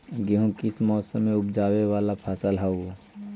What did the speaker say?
गेहूं किस मौसम में ऊपजावे वाला फसल हउ?